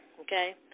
Okay